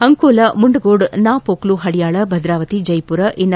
ಅಂಕೋಲ ಮುಂಡಗೋಡ್ ನಾಪೊಕ್ಲು ಪಳಯಾಳ ಭದ್ರಾವತಿ ಜಯಪುರ ಎನ್